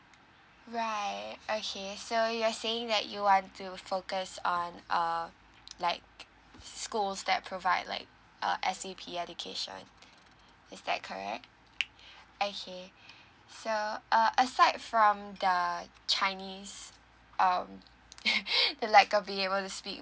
right okay so you're saying that you want to focus on uh like schools that provide like uh S_A_P education is that correct okay so uh aside from the chinese um like be able to speak